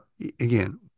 again